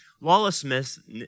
Lawlessness